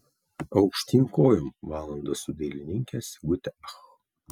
aukštyn kojom valandos su dailininke sigute ach